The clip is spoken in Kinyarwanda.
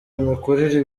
imikurire